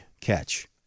catch